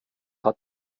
hat